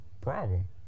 problem